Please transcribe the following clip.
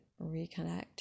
reconnect